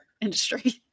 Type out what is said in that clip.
industry